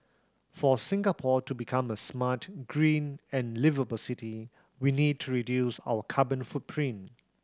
for Singapore to become a smart green and liveable city we need to reduce our carbon footprint